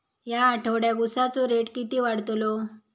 या आठवड्याक उसाचो रेट किती वाढतलो?